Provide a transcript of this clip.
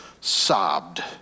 sobbed